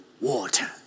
water